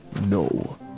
no